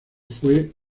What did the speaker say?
fue